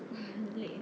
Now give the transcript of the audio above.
我很累